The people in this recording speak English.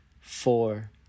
four